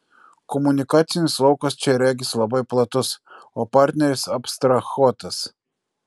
komunikacinis laukas čia regis labai platus o partneris abstrahuotas